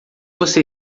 você